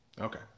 Okay